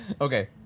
Okay